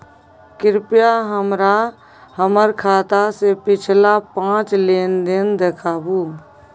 कृपया हमरा हमर खाता से पिछला पांच लेन देन देखाबु